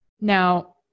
Now